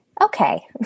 okay